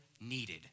needed